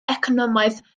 economaidd